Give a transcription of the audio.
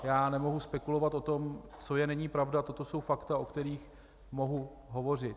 Já nemohu spekulovat o tom, co je není pravda, toto jsou fakta, o kterých mohu hovořit.